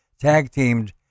tag-teamed